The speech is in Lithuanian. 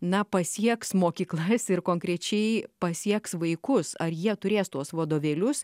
na pasieks mokyklas ir konkrečiai pasieks vaikus ar jie turės tuos vadovėlius